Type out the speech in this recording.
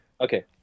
Okay